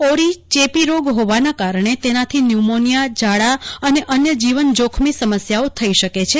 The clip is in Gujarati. ઓરી ચેપી રોગ હોવાના કારણે તેનાથી ન્યુમોનિયા ઝાડા અને અન્ય જીવન જોખમી સમસ્યાઓ થઈ શકે છે